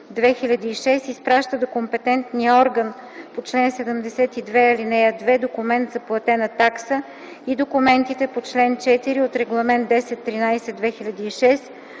изпраща до компетентния орган по чл. 72, ал. 2 документ за платена такса и документите по чл. 4 от Регламент 1013/2006,